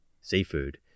seafood